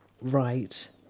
right